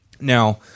Now